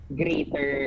greater